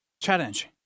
challenge